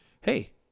hey